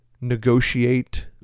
negotiate